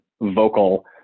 vocal